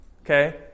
okay